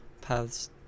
paths